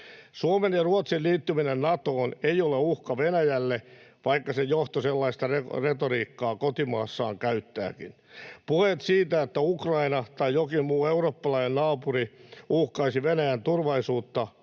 Suomen ja Ruotsin liittyminen Natoon ei ole uhka Venäjälle, vaikka sen johto sellaista retoriikkaa kotimaassaan käyttääkin. Puheet siitä, että Ukraina tai jokin muu eurooppalainen naapuri uhkaisi Venäjän turvallisuutta,